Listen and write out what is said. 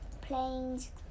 planes